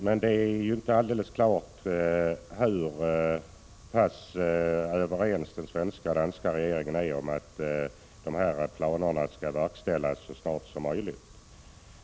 Men det är inte alldeles klart hur pass överens den svenska och danska regeringen är om att dessa planer skall verkställas så snart som möjligt.